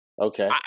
Okay